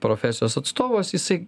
profesijos atstovas jisai